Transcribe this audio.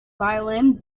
violin